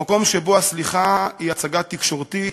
מקום שבו הסליחה היא הצגה תקשורתית,